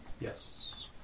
Yes